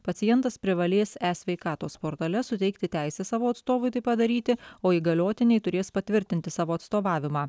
pacientas privalės e sveikatos portale suteikti teisę savo atstovui tai padaryti o įgaliotiniai turės patvirtinti savo atstovavimą